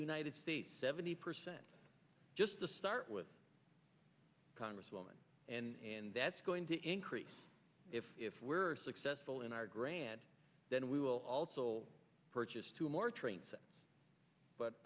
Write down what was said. united states seventy percent just to start with congresswoman and that's going to increase if we're successful in our grand then we will also purchase two